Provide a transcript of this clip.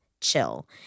Chill